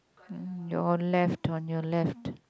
mm your left on your left